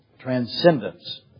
Transcendence